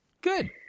Good